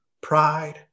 Pride